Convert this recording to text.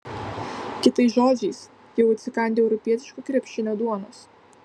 kitais žodžiais jau atsikandę europietiško krepšinio duonos